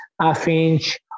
half-inch